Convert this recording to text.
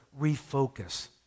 refocus